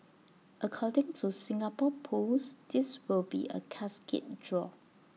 according to Singapore pools this will be A cascade draw